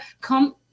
come